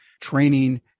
training